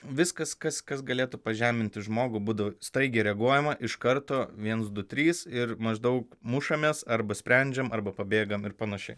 viskas kas kas galėtų pažeminti žmogų būdavo staigiai reaguojama iš karto viens du trys ir maždaug mušamės arba sprendžiam arba pabėgam ir panašiai